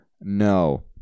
no